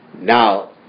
now